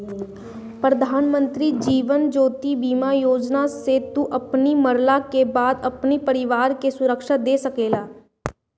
प्रधानमंत्री जीवन ज्योति बीमा योजना से तू अपनी मरला के बाद अपनी परिवार के सुरक्षा दे सकेला